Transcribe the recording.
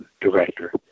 director